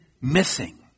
missing